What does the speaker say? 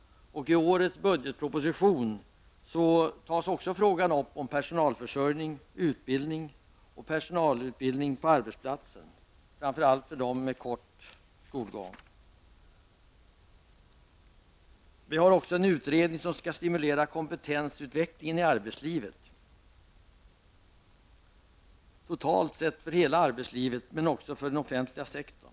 I årets budgetproposition tas frågan om personalförsörjning, utbildning och personalutbildning på arbetsplatsen, framför allt för dem med kort skolgång, upp. Det finns även en utredning som skall utreda möjligheterna att stimulera kompetensutveckling i arbetslivet. Det gäller totalt sett för hela arbetslivet och därmed också för den offentliga sektorn.